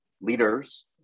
leaders